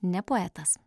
ne poetas